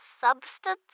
substance